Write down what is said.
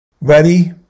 ready